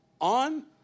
on